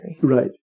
Right